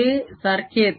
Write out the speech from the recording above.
हे सारखे येते